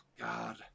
God